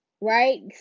right